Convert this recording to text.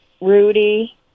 Rudy